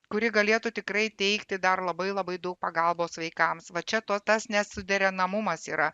kuri galėtų tikrai teikti dar labai labai daug pagalbos vaikams va čia to tas nesuderinamumas yra